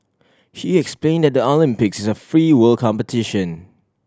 he explain that the Olympics is a free world competition